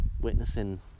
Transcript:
witnessing